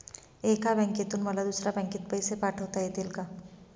एका बँकेतून मला दुसऱ्या बँकेत पैसे पाठवता येतील का?